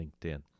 linkedin